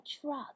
truck